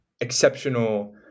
exceptional